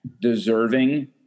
deserving